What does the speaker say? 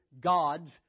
gods